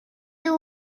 you